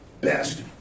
best